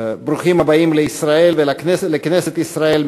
ברוכים הבאים לישראל ולכנסת ישראל,